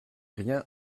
rien